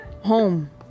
Home